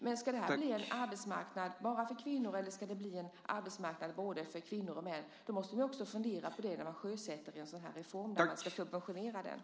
Men ska det bli en arbetsmarknad bara för kvinnor, eller ska det bli en arbetsmarknad för både kvinnor och män? Det måste man fundera på när man sjösätter en sådan här subventionerad reform.